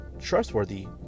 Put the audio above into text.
trustworthy